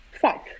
five